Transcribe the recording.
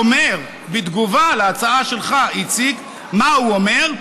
בתגובה להצעה שלך, איציק, מה הוא אומר?